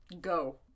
Go